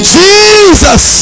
jesus